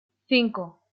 cinco